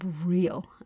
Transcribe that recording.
real